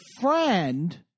friend